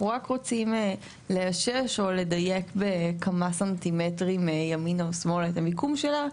רק רוצים לאשש או לדייק בכמה סנטימטרים ימינה או שמאלה את המיקום שלה,